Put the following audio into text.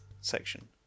section